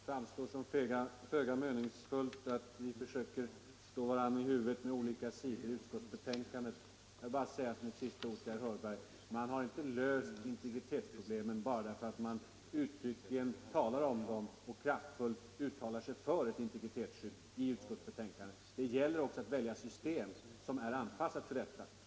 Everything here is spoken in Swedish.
Herr talman! Det framstår som föga meningsfullt att vi försöker slå varandra i huvudet med olika sidor i utskottsbetänkandet. Jag vill bara säga som sista ord till herr Hörberg: Man har inte löst integritetsproblemen bara därför att man uttryckligen talar om dem och kraftfullt uttalar sig för ett integritetsskydd i utskottsbetänkandet. Det gäller också att välja ett system som är anpassat för detta.